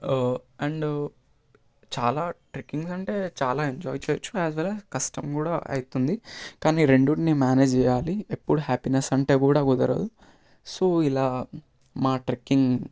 and చాలా trekkings అంటే చాలా ఎంజాయ్ చేయవచ్చు యాజ్ వెల్ యాజ్ కష్టం కూడా అవుతుంది కానీ రెండింటిని మేనేజ్ చేయాలి ఎప్పుడూ హ్యాపీనెస్ అంటే కూడ కుదరదు సో ఇలా మా ట్రెక్కింగ్